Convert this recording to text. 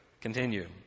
Continue